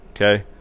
okay